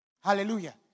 Hallelujah